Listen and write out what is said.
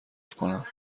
کنم